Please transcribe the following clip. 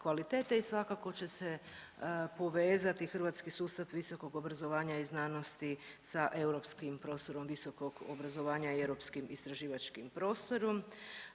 kvalitete i svakako će se povezati hrvatski sustav visokog obrazovanja i znanosti sa europskim prostorom visokog obrazovanja i europskim istraživačkim prostorom.